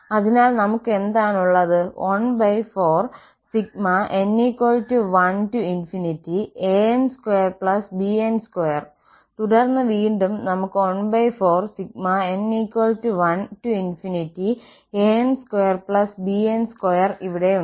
അതിനാൽ നമുക്ക് എന്താണ് ഉള്ളത് 14n1an2bn2 തുടർന്ന് വീണ്ടും നമുക്ക് 14n1an2bn2 ഇവിടെയുണ്ട്